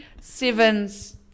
sevens